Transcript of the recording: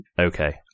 Okay